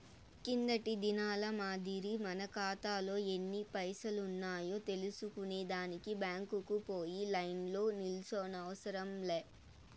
కిందటి దినాల మాదిరి మన కాతాలో ఎన్ని పైసలున్నాయో తెల్సుకునే దానికి బ్యాంకుకు పోయి లైన్లో నిల్సోనవసరం లే